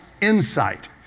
insight